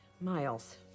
Miles